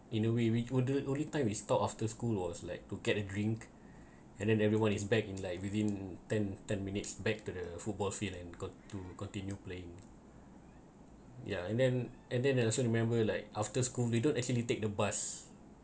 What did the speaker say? in a way we we'd the only time we stop after school was like to get a drink and then everyone is back in like within ten ten minutes back to the football field and got to continue playing yeah and then and then I also remember like after school we don't actually take the bus